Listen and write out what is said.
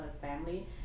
family